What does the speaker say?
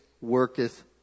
worketh